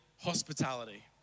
hospitality